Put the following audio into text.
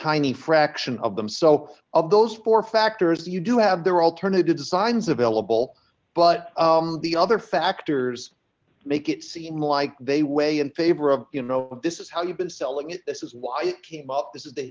tiny fraction of them so of those four factors you do have their alternative designs available but the other factors make it seem like they weigh in favor of you know this is how you've been selling it this is why you keep up this is the